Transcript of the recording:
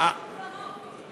תביאו כבר רוב.